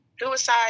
suicide